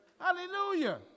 Hallelujah